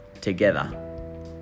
together